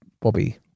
Bobby